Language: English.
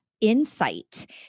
insight